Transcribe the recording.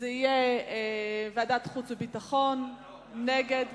לוועדת החוץ והביטחון, ונגד,